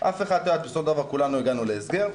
בסופו של דבר כולנו הגענו להסגר,